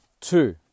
two